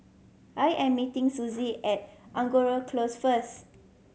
I am meeting Susie at Angora Close first